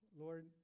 Lord